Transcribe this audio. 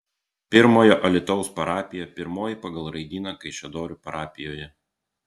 pirmojo alytaus parapija pirmoji pagal raidyną kaišiadorių parapijoje